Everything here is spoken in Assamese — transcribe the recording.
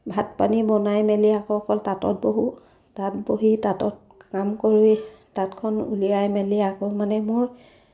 ভাত পানী বনাই মেলি আকৌ অকল তাঁতত বহোঁ তাঁত বহি তাঁতত কাম কৰি তাঁতখন উলিয়াই মেলি আকৌ মানে মোৰ